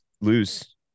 lose